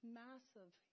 massive